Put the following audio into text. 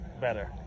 better